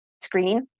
screen